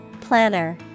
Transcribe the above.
Planner